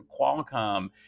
Qualcomm